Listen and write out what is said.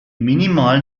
minimalen